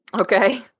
Okay